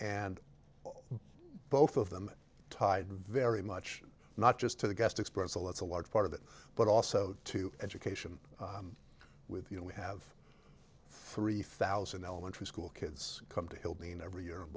and both of them tied very much not just to the guest express all that's a large part of it but also to education with you know we have three thousand elementary school kids come to hill dean every year and